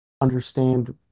understand